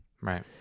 Right